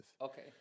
Okay